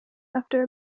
after